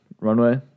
runway